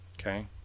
Okay